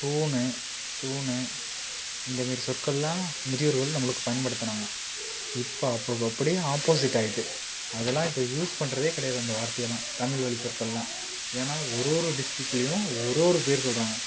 தூண் தூண் இந்தமாரி சொற்கள் எல்லாம் முதியோர்கள் நம்மளுக்கு பயன்படுத்துனாங்க இப்போ அப்பப்போ அப்படியே ஆப்போசிட் ஆயிட்டு அதெலாம் இப்போ யூஸ் பண்ணுறதே கிடையாது அந்த வார்த்தையைலாம் தமிழ் வழி சொற்கள் எல்லாம் ஏன்னா ஒரு ஒரு டிஸ்டிக்லையும் ஒரு ஒரு பேர் சொல்லுறாங்க